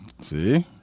See